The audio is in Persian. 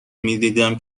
میدیدم